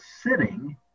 sitting